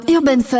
Urban